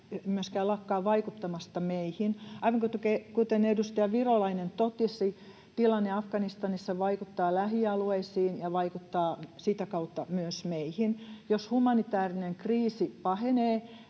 myöskään lakkaa vaikuttamasta meihin. Aivan kuten edustaja Virolainen totesi, tilanne Afganistanissa vaikuttaa lähialueisiin ja vaikuttaa sitä kautta myös meihin. Jos humanitäärinen kriisi pahenee,